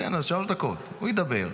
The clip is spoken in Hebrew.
תן לו שלוש דקות, הוא ידבר.